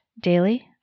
daily